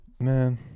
Man